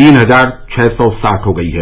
तीन हजार छः सौ साठ हो गई है